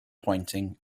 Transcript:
pointing